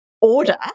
order